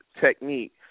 technique